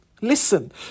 Listen